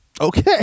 Okay